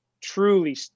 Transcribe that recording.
truly